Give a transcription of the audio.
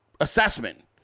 assessment